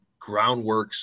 Groundworks